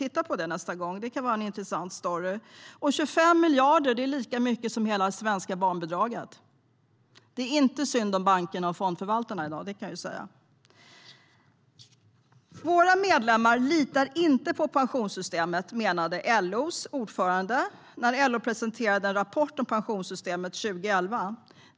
Titta på det nästa gång - det kan vara en intressant story! 25 miljarder är lika mycket som hela det svenska barnbidraget. Det är inte synd om bankerna och fondförvaltarna i dag, det kan jag säga. Våra medlemmar litar inte på pensionssystemet, menade LO:s ordförande när LO presenterade en rapport om pensionssystemet 2011.